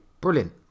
brilliant